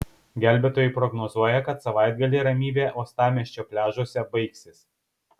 gelbėtojai prognozuoja kad savaitgalį ramybė uostamiesčio pliažuose baigsis